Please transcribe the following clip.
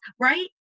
Right